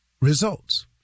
results